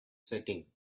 setting